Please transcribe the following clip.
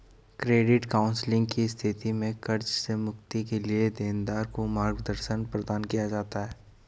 credit counselling की स्थिति में कर्ज से मुक्ति के लिए देनदार को मार्गदर्शन प्रदान किया जाता है